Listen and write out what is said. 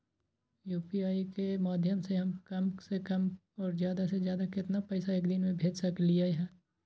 UPI के माध्यम से हम कम से कम और ज्यादा से ज्यादा केतना पैसा एक दिन में भेज सकलियै ह?